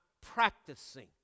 practicing